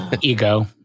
ego